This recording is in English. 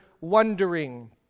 wondering